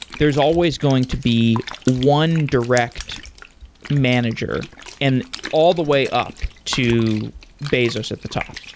there's always going to be one direct manager and all the way up to bezos at the top,